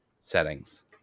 settings